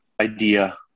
idea